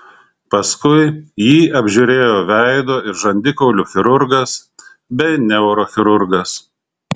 paskui jį apžiūrėjo veido ir žandikaulių chirurgas bei neurochirurgas